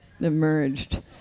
emerged